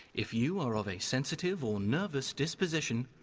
if you are of a sensitive or nervous disposition,